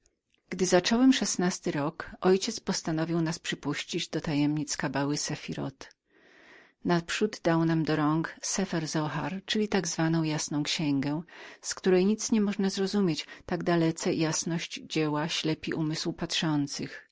gdy zacząłem szesnasty rok mój ojciec postanowił nas przypuścić do tajemnic kabały szafiroth naprzód dał nam do rąk sepher zoohar czyli tak nazwaną jasną księgę w której nic nie można zrozumieć tak dalece jasność dzieła ślepi wzrok patrzących